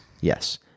yes